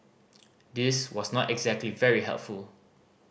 this was not exactly very helpful